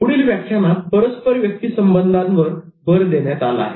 पुढील व्याख्यानात परस्पर व्यक्ती संबंधावर भर देण्यात आला आहे